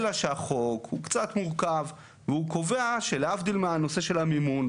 אלא שהחוק הוא קצת מורכב והוא קובע שלהבדיל מהנושא של המימון,